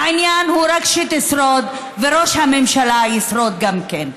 העניין הוא רק שתשרוד וראש הממשלה ישרוד גם כן.